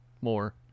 more